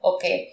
Okay